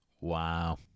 Wow